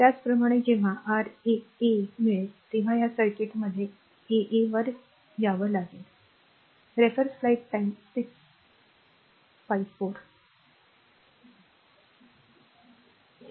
त्याचप्रमाणे जेव्हा r a a मिळेल तेव्हा या सर्किटमध्ये r a a वर या